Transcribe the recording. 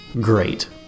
Great